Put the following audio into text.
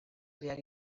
behar